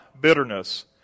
bitterness